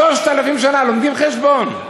3,000 שנה, לומדים חשבון.